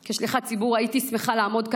כשליחת ציבור הייתי שמחה לעמוד כאן,